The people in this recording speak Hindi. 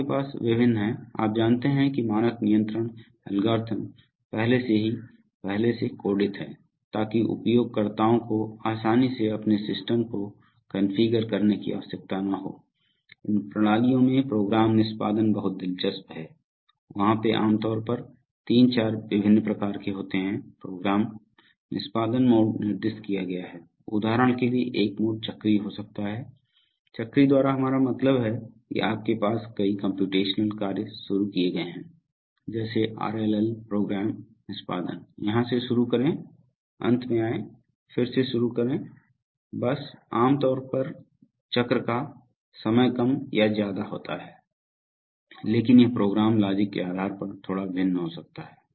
आपके पास विभिन्न हैं आप जानते हैं कि मानक नियंत्रण एल्गोरिदम पहले से ही पहले से कोडित हैं ताकि उपयोगकर्ताओं को आसानी से अपने सिस्टम को कॉन्फ़िगर करने की आवश्यकता न हो इन प्रणालियों में प्रोग्राम निष्पादन बहुत दिलचस्प है वहाँ पे आम तौर पर 34 विभिन्न प्रकार के होते हैं प्रोग्राम निष्पादन मोड निर्दिष्ट किया गया है उदाहरण के लिए एक मोड चक्रीय हो सकता है चक्रीय द्वारा हमारा मतलब है कि आपके पास कई कम्प्यूटेशनल कार्य शुरू किये गए है जैसे आरएलएल प्रोग्राम निष्पादन यहां से शुरू करें अंत में आएं फिर से शुरू करें बस आमतौर पर चक्र का समय कम या ज्यादा होता रहता है लेकिन यह प्रोग्राम लॉजिक के आधार पर थोड़ा भिन्न हो सकता है